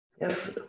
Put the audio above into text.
Yes